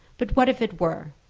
but what if it were?